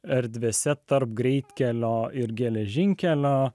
erdvėse tarp greitkelio ir geležinkelio